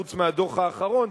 חוץ מהדוח האחרון,